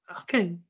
Okay